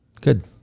Good